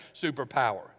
superpower